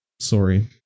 sorry